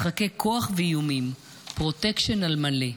משחקי כוח ואיומים, פרוטקשן על מלא.